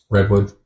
Redwood